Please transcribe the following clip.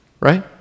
right